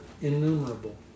innumerable